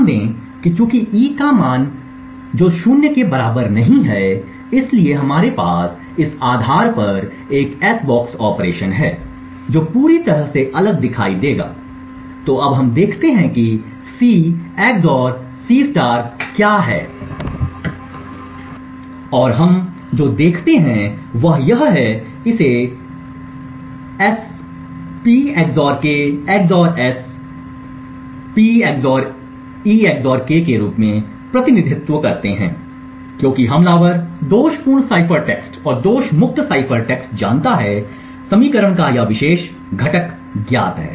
ध्यान दें कि चूंकि e का एक मान है जो 0 के बराबर नहीं है इसलिए हमारे पास इस आधार पर एक s box ऑपरेशन है जो पूरी तरह से अलग दिखाई देगा तो अब हम देखते हैं कि C XOR C क्या है और हम जो देखते हैं वह है इसे S P XOR k XOR S P XOR e XOR k के रूप में प्रतिनिधित्व करते हैं क्योंकि हमलावर दोषपूर्ण साइफर टेक्स्ट और दोष मुक्त साइफर टेक्स्ट जानता है समीकरण का यह विशेष घटक ज्ञात है